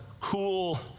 cool